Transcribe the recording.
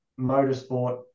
motorsport